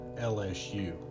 LSU